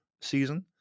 season